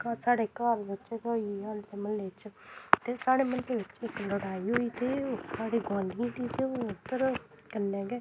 कल्ल साढ़े घर बिच्च गै होई गेइयां हून इत्थै म्हल्ले च ते साढ़े म्हल्ले बिच्च इक लड़ाई होई ते ओह् साढ़े गोआंढियें दी ते ओह् उद्धर कन्नै गै